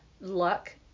luck